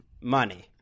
money